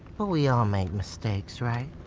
but we all make mistakes, right?